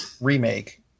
remake